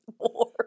more